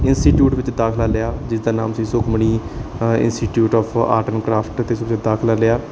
institute ਵਿੱਚ ਦਾਖਲਾ ਲਿਆ ਜਿਸਦਾ ਨਾਮ ਸੀ Sukhmani institute of art and craft ਅਤੇ ਦਾਖਲਾ ਲਿਆ